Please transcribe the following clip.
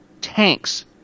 tanks